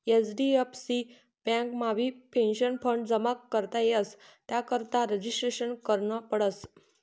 HDFC बँकमाबी pension fund जमा करता येस त्यानाकरता रजिस्ट्रेशन करनं पडस